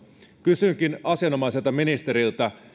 kysynkin asianomaiselta ministeriltä